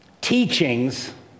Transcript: teachings